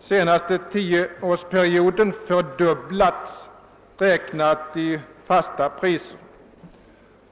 senaste tioårsperioden fördubblats, räknat i fasta priser.